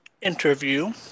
interview